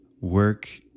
work